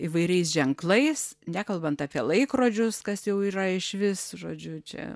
įvairiais ženklais nekalbant apie laikrodžius kas jau yra išvis žodžiu čia